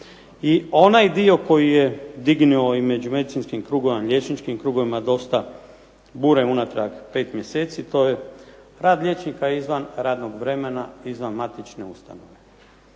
I onaj dio koji je dignuo i među liječničkim i medicinskim krugovima dosta bure unatrag 5 mjeseci, to je rad liječnika izvan radnog vremena, izvan matične ustanove.